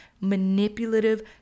manipulative